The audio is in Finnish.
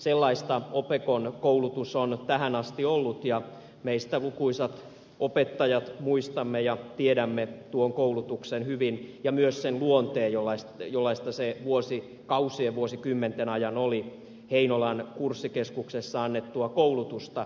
sellaista opekon koulutus on tähän asti ollut ja meistä lukuisat opettajat muistamme ja tiedämme tuon koulutuksen hyvin ja myös sen luonteen jollaista se vuosikausien vuosikymmenten ajan oli heinolan kurssikeskuksessa annettua koulutusta